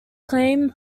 claim